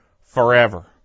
forever